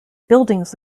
buildings